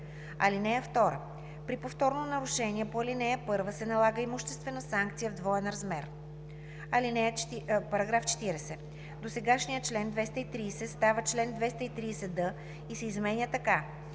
лв. (2) При повторно нарушение по ал. 1 се налага имуществена санкция в двоен размер.“ § 40. Досегашният чл. 230а става чл. 230д и се изменя така: